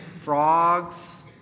frogs